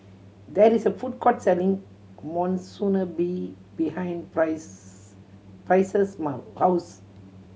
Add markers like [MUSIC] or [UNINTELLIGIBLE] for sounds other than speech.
there is a food court selling Monsunabe behind Price's Price's [UNINTELLIGIBLE] house